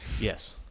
Yes